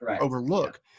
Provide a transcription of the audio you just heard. overlook